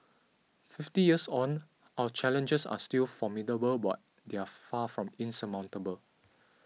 fifty years on our challenges are still formidable but they are far from insurmountable